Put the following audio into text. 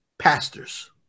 Pastors